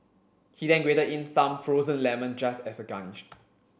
he then grated in some frozen lemon just as a garnish